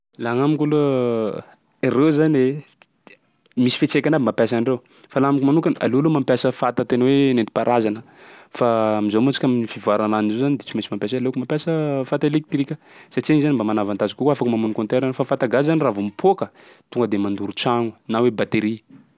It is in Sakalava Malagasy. Laha agnamiko aloha reo zany misy fiantsaikany aby mampiasa an'ireo fa laha amiko manokana aleo aloha mampiasa fata tena hoe nentim-paharazana. Fa am'zao moa tsika am'fivoaran'andro zao zany de tsy maintsy mampiasa aleoko mampiasa fata elektrika satsia iny zany mba mana avantage kokoa afaka mamono compteur fa fata gazy zany raha vao mipoaka tonga de mandoro tragno na hoe batterie.